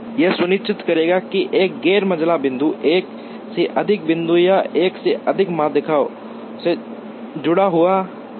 यह सुनिश्चित करेगा कि एक गैर मंझला बिंदु 1 एक से अधिक बिंदु या एक से अधिक माध्यिका से जुड़ा हुआ न हो